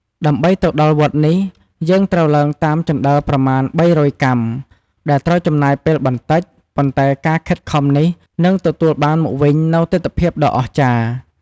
ដើម្បីទៅដល់វត្តនេះ យើងត្រូវឡើងតាម ជណ្តើរប្រមាណ ៣០០ កាំ ដែលត្រូវចំណាយពេលបន្តិច ប៉ុន្តែការខិតខំនេះនឹងទទួលបានមកវិញនូវទិដ្ឋភាពដ៏អស្ចារ្យ ។